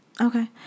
Okay